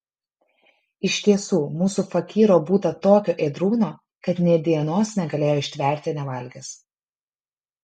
iš tiesų mūsų fakyro būta tokio ėdrūno kad nė dienos negalėjo ištverti nevalgęs